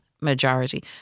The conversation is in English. majority